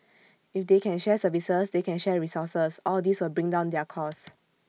if they can share services they can share resources all these will bring down their cost